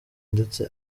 ndetse